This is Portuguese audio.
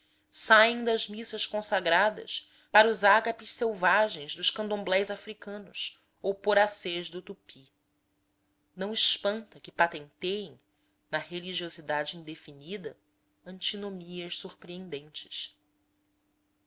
saem das missas consagradas para os ágapes selvagens dos candomblés africanos ou poracês do tupi não espanta que patenteiem na religiosidade indefinida antinomias surpreendentes